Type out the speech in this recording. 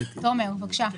תומר, בבקשה.